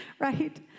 right